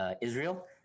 Israel